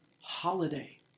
holiday